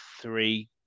three